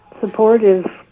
supportive